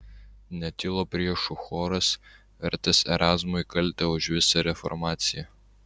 netilo priešų choras vertęs erazmui kaltę už visą reformaciją